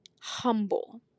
humble